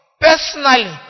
personally